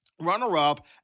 runner-up